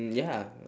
mm ya